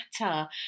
matter